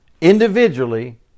individually